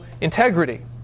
integrity